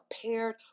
prepared